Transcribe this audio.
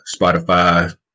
Spotify